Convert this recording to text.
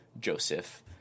Joseph